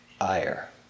ire